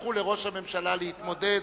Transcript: תניחו לראש הממשלה להתמודד.